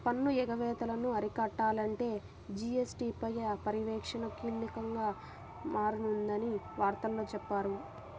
పన్ను ఎగవేతలను అరికట్టాలంటే జీ.ఎస్.టీ పై పర్యవేక్షణ కీలకంగా మారనుందని వార్తల్లో చెప్పారు